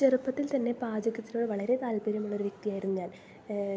ചെറുപ്പത്തിൽ തന്നെ പാചകത്തിനോട് വളരെ താൽപ്പര്യമുള്ള ഒരു വ്യക്തിയായിരുന്നു ഞാൻ